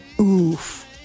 Oof